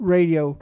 Radio